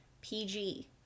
pg